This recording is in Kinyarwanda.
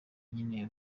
nyene